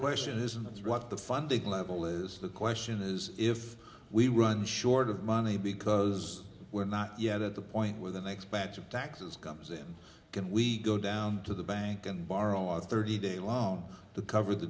relation isn't that's what the funding level is the question is if we run short of money because we're not yet at the point where the next batch of taxes comes in can we go down to the bank and borrow our thirty day loan to cover the